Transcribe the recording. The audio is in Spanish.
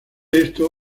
esto